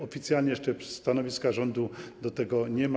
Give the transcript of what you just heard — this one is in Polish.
Oficjalnie jeszcze stanowiska rządu wobec tego nie ma.